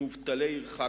מובטלי עירך קודמים.